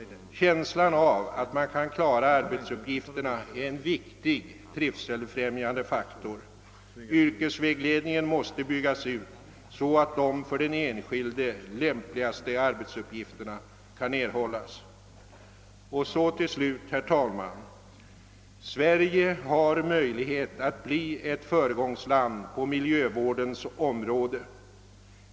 Känslan av att man kan klara arbetsuppgifterna är en viktig trivselfrämjande faktor. Yrkesvägledningen måste byggas ut, så att de för den enskilde lämpligaste arbetsuppgifterna kan erhållas. Och så till slut: Sverige har möjlighet att bli ett föregångsland på miljövårdens område.